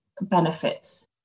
benefits